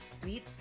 tweet